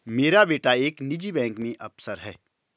मेरा बेटा एक निजी बैंक में अफसर है